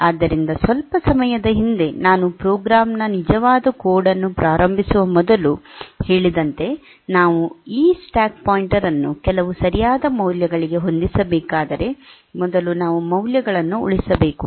ಆದ್ದರಿಂದ ಸ್ವಲ್ಪ ಸಮಯದ ಹಿಂದೆ ನಾನು ಪ್ರೋಗ್ರಾಂ ನ ನಿಜವಾದ ಕೋಡ್ ಅನ್ನು ಪ್ರಾರಂಭಿಸುವ ಮೊದಲು ಹೇಳಿದಂತೆ ನಾವು ಈ ಸ್ಟ್ಯಾಕ್ ಪಾಯಿಂಟರ್ ಅನ್ನು ಕೆಲವು ಸರಿಯಾದ ಮೌಲ್ಯಗಳಿಗೆ ಹೊಂದಿಸಬೇಕಾದರೆ ಮೊದಲು ನಾವು ಮೌಲ್ಯವನ್ನು ಉಳಿಸಬೇಕು